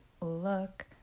look